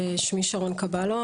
שמי שרון קבלו,